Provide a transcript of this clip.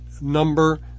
number